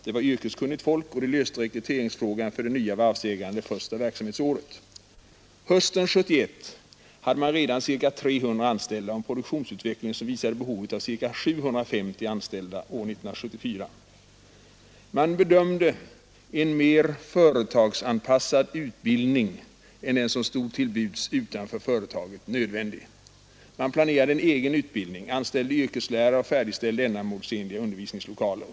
Det var yrkeskunnigt folk, som löste rekryteringsfrågan för de nya varvsägarna det första verksamhetsåret. Hösten 1971 hade man redan ca 300 anställda och en produktionsutveckling som visade behov av ca 750 anställda år 1974. Man bedömde en mer företagsanpassad utbildning än den som stod till buds utanför företaget som nödvändig. Man planerade en egen utbildning, anställde yrkeslärare och färdigställde ändamålsenliga undervisningslokaler.